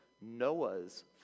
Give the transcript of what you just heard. Noah's